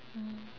mm